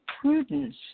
Prudence